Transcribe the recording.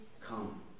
come